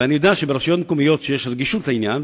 אני יודע שברשויות מקומיות שיש בהן רגישות לעניין,